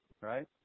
Right